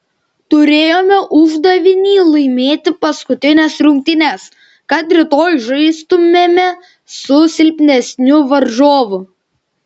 turėjome uždavinį laimėti paskutines rungtynes kad rytoj žaistumėme su silpnesniu varžovu